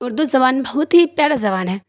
اردو زبان بہت ہی پیارا زبان ہے